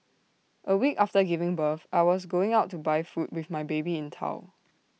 A week after giving birth I was going out to buy food with my baby in tow